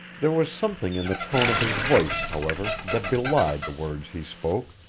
there was something in the tone of his voice, however, that belied the words he spoke.